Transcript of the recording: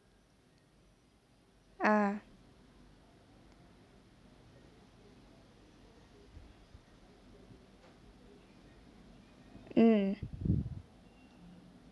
ah mm